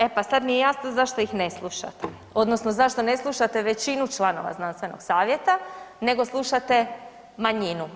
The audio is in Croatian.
E pa sada mi je jasno zašto ih ne slušate odnosno zašto ne slušate većinu članova znanstvenog savjeta, nego slušate manjinu.